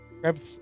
Grab